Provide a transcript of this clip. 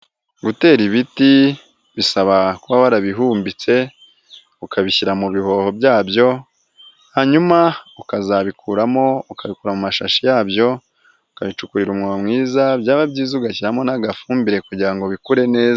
Gutera ibiti bisaba kuba warabihumbitse, ukabishyira mu bihoho byabyo, hanyuma ukazabikuramo ,ukabikura mu mashashi yabyo, ukabicukuri umwobo mwiza byaba byiza ugashyiramo n'agafumbire kugira ngo bikure neza.